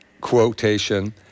quotation